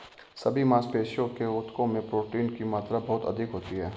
सभी मांसपेशियों के ऊतकों में प्रोटीन की मात्रा बहुत अधिक होती है